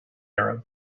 arab